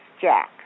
Jack